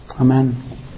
Amen